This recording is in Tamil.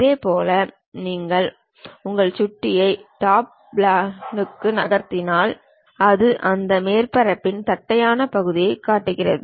இதேபோல் நீங்கள் உங்கள் சுட்டியை டாப் பிளானுக்கு நகர்த்தினால் அது அந்த மேற்பரப்பின் தட்டையான பகுதியைக் காட்டுகிறது